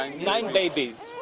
ah nine babies.